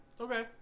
Okay